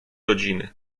rodziny